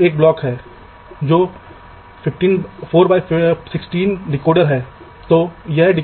इसलिए कभी कभी लाइन जैसे एल्गोरिथ्म को पथ खोजने में कठिनाई हो सकती है क्योंकि